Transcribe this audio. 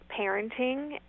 Parenting